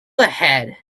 ahead